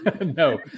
No